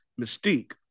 Mystique